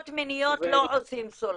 בתקיפות מיניות לא עושים סולחות.